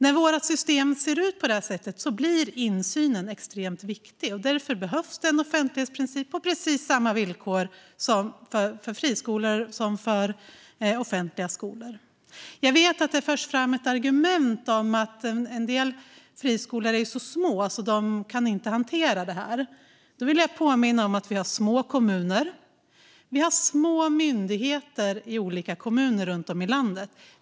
När våra system ser ut på det här sättet blir insynen extremt viktig, och därför behövs det en offentlighetsprincip på precis samma villkor för friskolor som för offentliga skolor. Jag vet att det har förts fram ett argument om att en del friskolor är så små att de inte kan hantera detta. Då vill jag påminna om att vi har små kommuner och små myndigheter i olika kommuner runtom i landet.